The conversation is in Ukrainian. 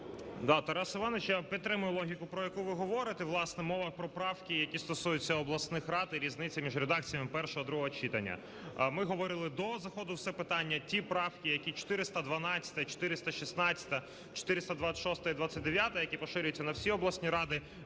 Тарас Іванович, я підтримую логіку, про яку ви говорите. Власне, мова про правки, які стосуються обласних рад, і різниця між редакціями першого і другого читання. Ми говорили до заходу в це питання, ті правки, як і 412-а, і 416-а, 426-а і 29-а, які поширюються на всі обласні ради,